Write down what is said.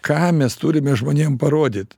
ką mes turime žmonėm parodyt